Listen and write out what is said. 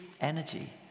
energy